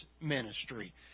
ministry